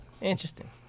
Interesting